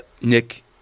Nick